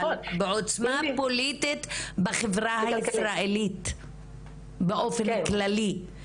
אבל בעוצמה פוליטית בחברה הישראלית באופן כללי.